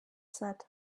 said